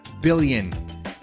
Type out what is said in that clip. billion